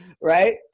right